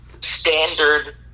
standard